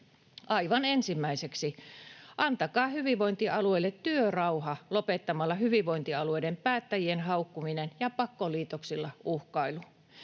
Aivan ensimmäiseksi antakaa hyvinvointialueille työrauha lopettamalla hyvinvointialueiden päättäjien haukkuminen ja pakkoliitoksilla uhkailu.